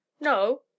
no